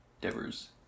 Devers